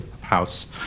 house